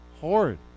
Horrid